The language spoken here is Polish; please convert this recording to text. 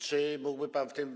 Czy mógłby pan w tym.